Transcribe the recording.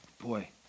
boy